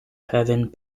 having